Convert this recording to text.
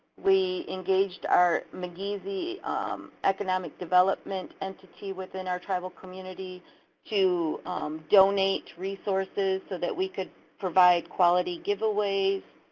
we engaged our migizi economic development entity within our tribal community to donate resources so that we could provide quality giveaways,